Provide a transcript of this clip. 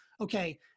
okay